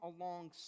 alongside